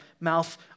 mouth